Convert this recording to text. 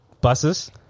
buses